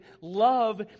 love